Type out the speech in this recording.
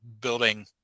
building